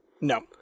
No